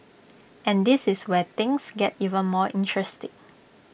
and this is where things get even more interesting